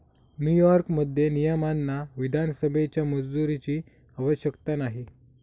न्यूयॉर्कमध्ये, नियमांना विधानसभेच्या मंजुरीची आवश्यकता नाही